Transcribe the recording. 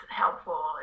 helpful